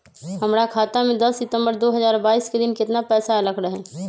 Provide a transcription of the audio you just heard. हमरा खाता में दस सितंबर दो हजार बाईस के दिन केतना पैसा अयलक रहे?